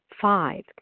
five